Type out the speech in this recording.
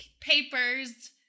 Papers